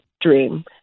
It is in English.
dream